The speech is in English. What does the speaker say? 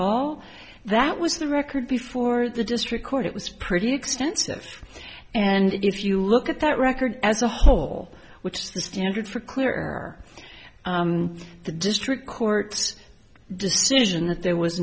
all that was the record before the district court it was pretty extensive and if you look at that record as a whole which is the standard for clear the district court decision that there was